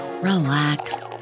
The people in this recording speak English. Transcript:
relax